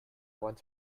want